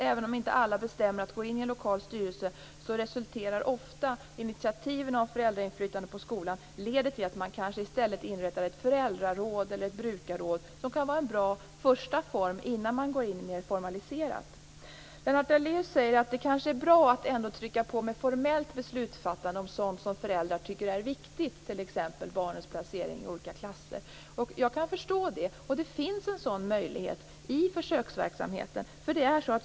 Även om inte alla bestämmer sig för att gå in i en lokal styrelse resulterar ofta initiativen till föräldrainflytande på skolan i att man i stället inrättar ett föräldraråd eller ett brukarråd. Det kan vara en bra första form innan man går in mer formaliserat. Lennart Daléus säger att det kanske är bra att trycka på med formellt beslutsfattande om sådant som föräldrar tycker är viktigt, t.ex. barnets placering i olika klasser. Jag kan förstå det. Det finns en sådan möjlighet i försöksverksamheten.